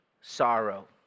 sorrow